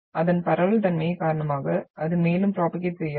அதன் பரவல் தன்மை காரணமாக அது மேலும் ப்ரோபோகேட் செய்யாது